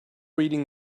reading